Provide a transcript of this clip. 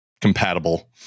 compatible